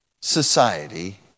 society